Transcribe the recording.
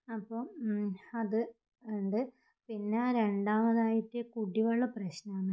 അപ്പം അത് ഉണ്ട് പിന്നെ രണ്ടാമതായിട്ട് കുടിവെള്ള പ്രശ്നമാണ്